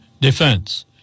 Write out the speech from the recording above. defense